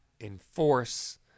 enforce